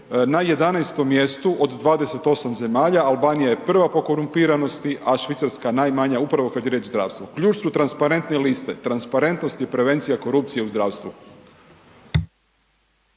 na 11 mjestu od 28 zemalja, Albanija je prva po korumpiranosti, a Švicarska najmanja upravo kad je riječ o zdravstvu. Ključ su transparentne liste, transparentnost je prevencija korupcije u zdravstvu.